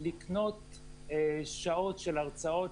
לקנות שעות של הרצאות,